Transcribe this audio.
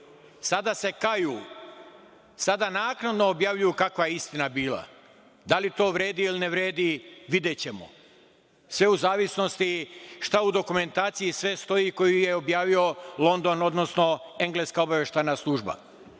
Sada se kaju, sada naknadno objavljuju kakva je istina bila. Da li to vredi ili ne vredi videćemo, sve u zavisnosti šta u dokumentaciji sve stoji koju je objavio London, odnosno engleska obaveštajna služba.U